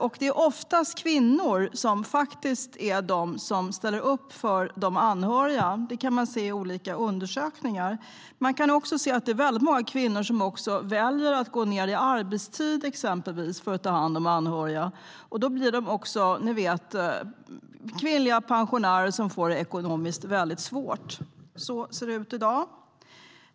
Olika undersökningar visar att det oftast är kvinnor som ställer upp för de anhöriga. Många kvinnor väljer att gå ned i arbetstid för att kunna ta hand om anhöriga och blir så småningom de kvinnliga pensionärer som får det ekonomiskt väldigt svårt. Så ser det ut i dag.